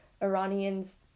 Iranians